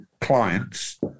clients